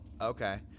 Okay